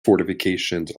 fortifications